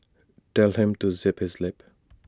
tell him to zip his lip